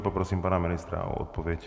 Poprosím pana ministra o odpověď.